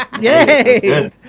Yay